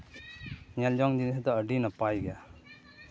ᱧᱮᱞ ᱡᱚᱝ ᱡᱤᱱᱤᱥ ᱫᱚ ᱟᱹᱰᱤ ᱱᱟᱯᱟᱭ ᱜᱮᱭᱟ